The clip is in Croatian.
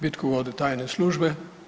Bitku vode tajne službe.